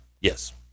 Yes